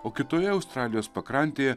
o kitoje australijos pakrantėje